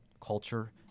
culture